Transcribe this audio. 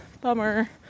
bummer